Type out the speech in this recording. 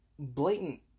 blatant